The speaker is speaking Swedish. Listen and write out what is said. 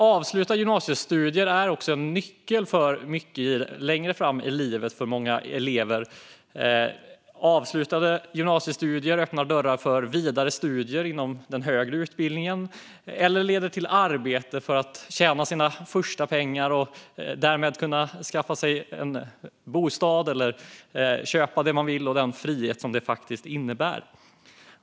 Avslutade gymnasiestudier är för många elever en nyckel till mycket längre fram i livet. Avslutade gymnasiestudier öppnar dörrar för vidare studier inom den högre utbildningen eller leder till arbete där man kan tjäna sina första pengar, och därmed kan man skaffa sig en bostad och köpa det man vill, med den frihet detta innebär.